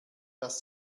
dass